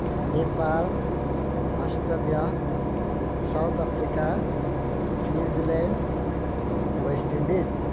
Nepal Australia South Africa New Zealand West Indies